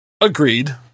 Agreed